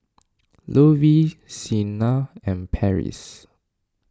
Lovey Siena and Parrish